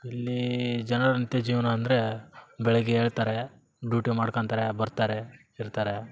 ಇಲ್ಲಿ ಜನರಂತೆ ಜೀವನ ಅಂದರೆ ಬೆಳಗ್ಗೆ ಏಳ್ತಾರೆ ಡ್ಯೂಟಿ ಮಾಡ್ಕೊತಾರೆ ಬರ್ತಾರೆ ಇರ್ತಾರೆ